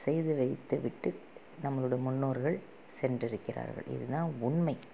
செய்து வைத்துவிட்டு நம்மளோடய முன்னோர்கள் சென்றிருக்கிறார்கள் இதுதான் உண்மை